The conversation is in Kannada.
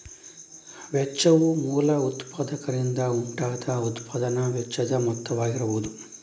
ವೆಚ್ಚವು ಮೂಲ ಉತ್ಪಾದಕರಿಂದ ಉಂಟಾದ ಉತ್ಪಾದನಾ ವೆಚ್ಚದ ಮೊತ್ತವಾಗಿರಬಹುದು